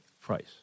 price